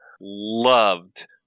loved